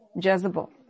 Jezebel